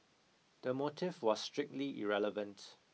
the motive was strictly irrelevant